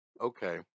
Okay